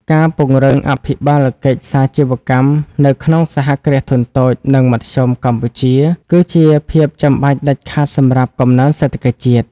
ការពង្រឹងអភិបាលកិច្ចសាជីវកម្មនៅក្នុង សហគ្រាសធុនតូច និងមធ្យម កម្ពុជា គឺជាភាពចាំបាច់ដាច់ខាតសម្រាប់កំណើនសេដ្ឋកិច្ចជាតិ។